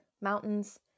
mountains